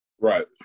Right